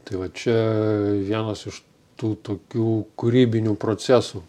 tai va čia vienas iš tų tokių kūrybinių procesų